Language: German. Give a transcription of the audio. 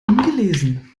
ungelesen